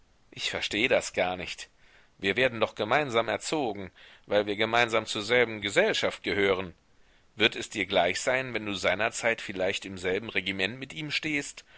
ich verstehe das gar nicht wir werden doch gemeinsam erzogen weil wir gemeinsam zur selben gesellschaft gehören wird es dir gleich sein wenn du seinerzeit vielleicht im selben regiment mit ihm stehst